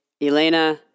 Elena